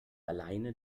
alleine